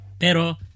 pero